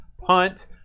Punt